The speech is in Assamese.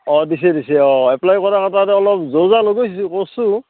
অঁ দিছে দিছে অঁ এপ্লাই কৰা কাৰণে তাতে অলপ যোজা অলপ লগাইছোঁ ক'চ্চো